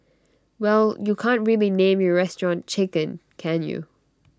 well you can't really name your restaurant chicken can you